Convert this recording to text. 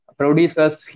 producers